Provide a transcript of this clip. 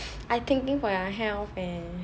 I thinking for your health leh